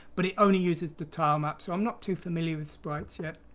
but it only uses the tile map. so i'm not too familiar with sprites yet.